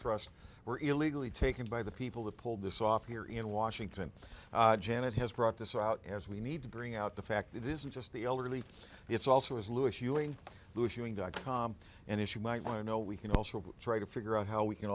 trust were illegally taken by the people that pulled this off here in washington janet has brought this out as we need to bring out the fact it isn't just the elderly it's also as lewis ewing dot com and as you might want to know we can also try to figure out how we can